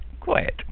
Quiet